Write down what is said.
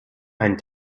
einen